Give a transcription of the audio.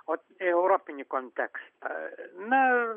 o į europinį kontekstą na